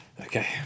Okay